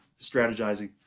strategizing